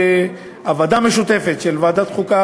הוועדה המשותפת של ועדת החוקה,